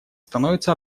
становится